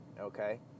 Okay